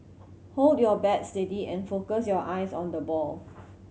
hold your bat steady and focus your eyes on the ball